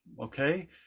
okay